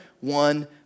one